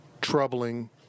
troubling